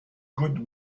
good